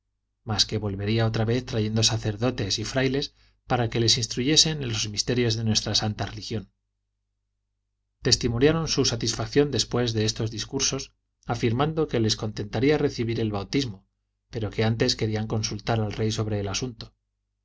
mas que volvería otra vez trayendo sacerdotes y frailes para que les instruyeran en los misterios de nuestra santa religión testimoniaron su satisfacción después de estos discursos afirmando que les contentaria recibir el bautismo pero que antes querían consultar al rey sobre el asunto